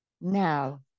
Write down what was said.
Now